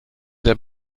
der